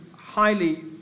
highly